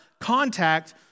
contact